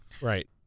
Right